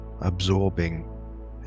absorbing